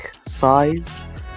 Size